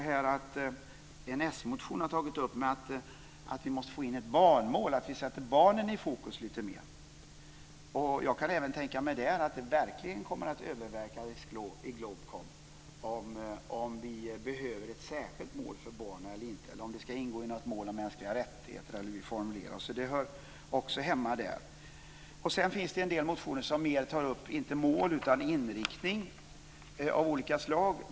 I en s-motion har man tagit upp att vi måste få in ett barnmål och att vi ska sätta barnen i fokus lite mer. Jag kan även där tänka mig att det kommer att övervägas i GLOBKOM om vi behöver ett särskilt mål för barnen eller inte, eller om en sådan formulering ska ingå i ett mål om mänskliga rättigheter, t.ex. Det hör också hemma där. Sedan finns det en del motioner som mer berör mål i stället för inriktning.